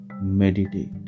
meditate